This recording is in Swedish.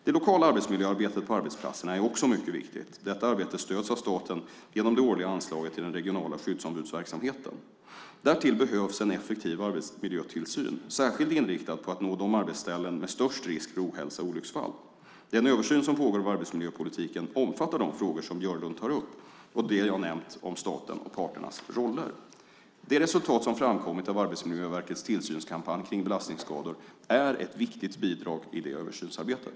Det lokala arbetsmiljöarbetet på arbetsplatserna är också mycket viktigt. Detta arbete stöds av staten genom det årliga anslaget till den regionala skyddsombudsverksamheten. Därtill behövs en effektiv arbetsmiljötillsyn, särskilt inriktad på att nå de arbetsställen som har störst risk för ohälsa och olycksfall. Den översyn som pågår av arbetsmiljöpolitiken omfattar de frågor Björlund tar upp och det jag har nämnt om staten och parternas roller. Det resultat som har framkommit av Arbetsmiljöverkets tillsynskampanj kring belastningsskador är ett viktigt bidrag i översynsarbetet.